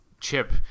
chip